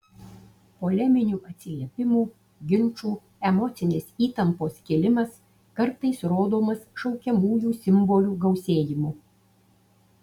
poleminių atsiliepimų ginčų emocinės įtampos kilimas kartais rodomas šaukiamųjų simbolių gausėjimu